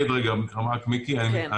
כן.